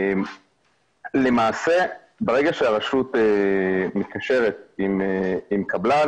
למעשה ברגע שהרשות מתקשרת עם קבלן,